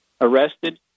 arrested